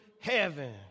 Heaven